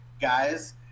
guys